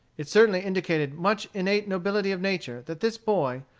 it certainly indicated much innate nobility of nature that this boy,